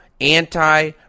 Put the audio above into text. anti